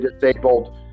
disabled